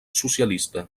socialista